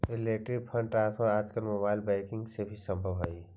electronic fund transfer आजकल mobile banking से भी संभव हइ